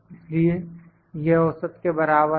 इसलिए यह औसत के बराबर है